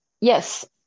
yes